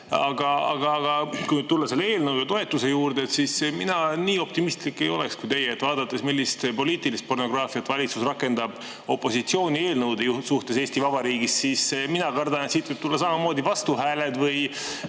Aga kui tulla selle eelnõu toetuse juurde, siis mina nii optimistlik ei ole kui teie. Vaadates, millist poliitilist pornograafiat valitsus rakendab opositsiooni eelnõude suhtes Eesti Vabariigis, mina kardan, et siin võivad tulla samamoodi vastuhääled või